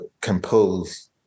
compose